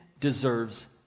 deserves